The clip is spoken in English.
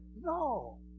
No